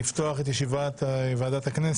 אני מתכבד לפתוח את ישיבת ועדת הכנסת,